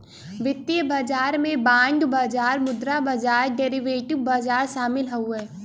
वित्तीय बाजार में बांड बाजार मुद्रा बाजार डेरीवेटिव बाजार शामिल हउवे